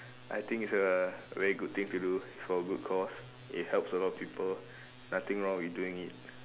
I think it's a very good thing to do for a good cause it helps a lot of people nothing wrong with doing it